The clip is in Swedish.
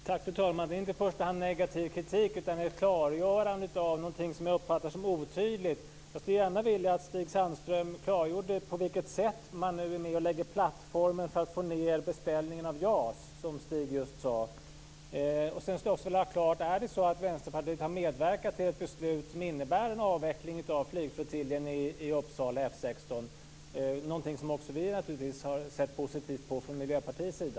Fru talman! Det är inte i första hand negativ kritik, utan jag vill har ett klargörande av någonting som jag uppfattar som otydligt. Jag skulle gärna vilja att Stig Sandström klargjorde på vilket sätt man nu lägger plattformen för att få ned beställningen av JAS, som han just sade. Sedan vill jag ha klargjort: Är det så att Vänsterpartiet har medverkat till ett beslut som innebär en avveckling av flygflottiljen i Uppsala, F 16, någonting som också vi har sett positivt på från Miljöpartiets sida?